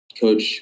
coach